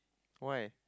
why